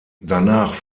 danach